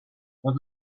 what